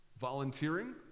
Volunteering